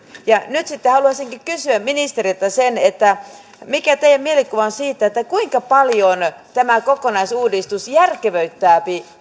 ja nyt sitten haluaisinkin kysyä ministeriltä mikä on teidän mielikuvanne siitä kuinka paljon tämä kokonaisuudistus järkevöittää